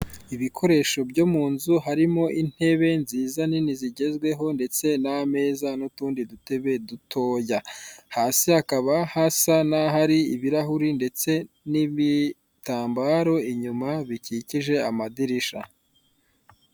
Ibikoresho byo mu nzu harimo intebe nziza nini z'igezweho ndetse n'ameza, n'utundi dutebe dutoya hasi hakaba hasa n'ahari ibirahure ndetse n'ibitambaro inyuma bikikije amadirishya.